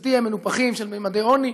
לתפיסתי מנופחים, של ממדי העוני.